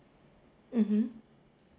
mmhmm